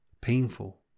painful